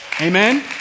Amen